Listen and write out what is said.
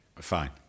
Fine